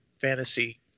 fantasy